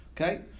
Okay